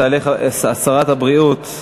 תעלה שרת הבריאות,